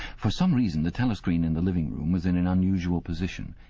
for some reason the telescreen in the living-room was in an unusual position.